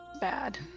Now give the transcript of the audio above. Bad